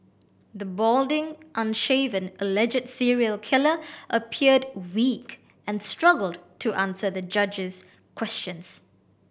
the balding unshaven alleged serial killer appeared weak and struggled to answer the judge's questions